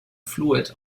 fluid